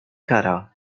kara